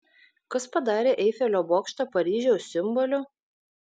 kas padarė eifelio bokštą paryžiaus simboliu